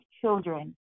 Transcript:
children